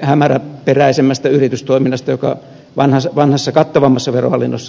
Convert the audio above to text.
hämäräperäisemmästä yritystoiminnasta oli paremmin mukana vanhassa kattavammassa verohallinnossa